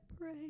pray